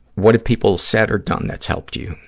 what have people said or done that's helped you?